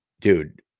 dude